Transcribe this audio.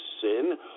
sin